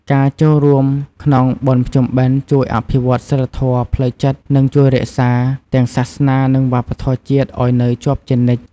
ការចូលរួមក្នុងបុណ្យភ្ជុំបិណ្ឌជួយអភិវឌ្ឍសីលធម៌ផ្លូវចិត្ត និងជួយរក្សា ទាំងសាសនានិងវប្បធម៌ជាតិឲ្យនៅជាប់ជានិច្ច។